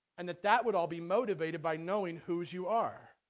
and that that would all be motivated by knowing who was you are